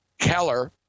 keller